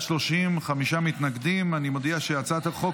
3) (הקמת נציגויות דיפלומטיות בירושלים)